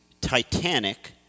Titanic